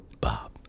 Bob